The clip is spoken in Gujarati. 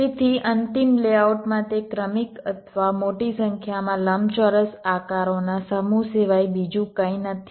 તેથી અંતિમ લેઆઉટમાં તે ક્રમિક અથવા મોટી સંખ્યામાં લંબચોરસ આકારોના સમૂહ સિવાય બીજું કંઈ નથી